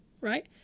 right